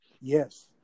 Yes